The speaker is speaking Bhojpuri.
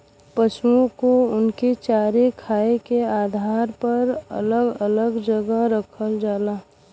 पसुओ को उनके चारा खाए के आधार पर अलग अलग जगह रखल जाला